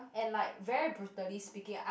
and like very brutally speaking I